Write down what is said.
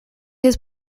his